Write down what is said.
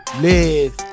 live